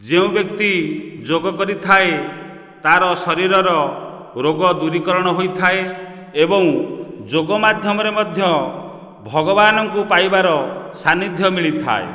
ଯେଉଁ ବ୍ୟକ୍ତି ଯୋଗ କରିଥାଏ ତାର ଶରୀରର ରୋଗ ଦୂରୀକରଣ ହୋଇଥାଏ ଏବଂ ଯୋଗ ମାଧ୍ୟମରେ ମଧ୍ୟ ଭଗବାନ ଙ୍କୁ ପାଇବାର ସାନିଧ୍ୟ ମିଳିଥାଏ